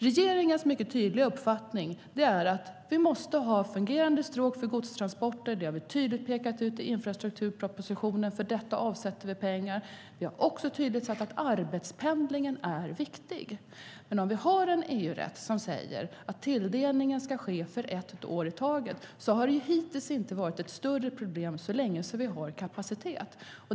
Regeringens mycket tydliga uppfattning är att vi måste ha fungerande stråk för godstransporter. Det har vi tydligt pekat ut i infrastrukturpropositionen, och för detta avsätter vi pengar. Vi har också tydligt sagt att arbetspendlingen är viktig. Har vi en EU-rätt som säger att tilldelningen ska ske för ett år i taget har det dock hittills inte varit ett större problem så länge vi har kapacitet.